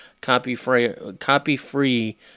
copy-free